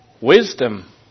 wisdom